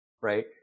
right